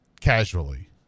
casually